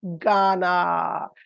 Ghana